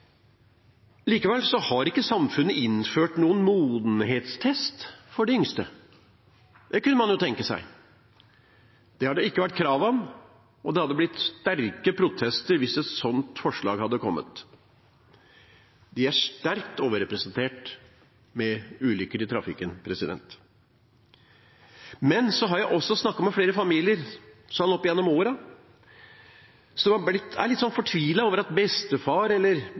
har ikke samfunnet innført noen modenhetstest for de yngste. Det kunne man jo tenke seg. Det har det ikke vært krav om, og det hadde blitt sterke protester hvis et sånt forslag hadde kommet. De er sterkt overrepresentert når det gjelder ulykker i trafikken. Men jeg har også oppigjennom årene snakket med flere familier